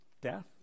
Death